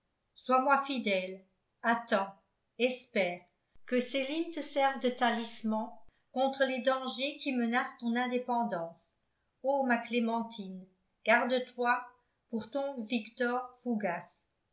sois moi fidèle attends espère que ces lignes te servent de talisman contre les dangers qui menacent ton indépendance ô ma clémentine garde-toi pour ton victor fougas